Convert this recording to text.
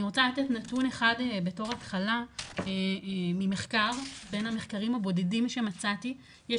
אני רוצה לתת נתון אחד בתור התחלה ממחקר ביו המחקרים הבודדים שמצאתי יש